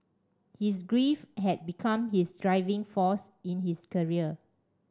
his grief had become his driving force in his career